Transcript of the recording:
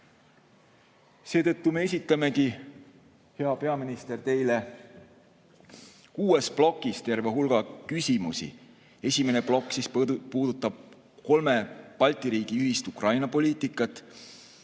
Seetõttu me esitamegi, hea peaminister, teile kuues plokis terve hulga küsimusi. Esimene plokk puudutab kolme Balti riigi ühist Ukraina‑poliitikat,